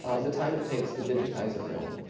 ah the time it takes to digitize a film.